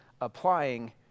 applying